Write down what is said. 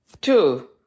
Two